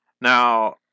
Now